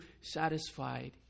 satisfied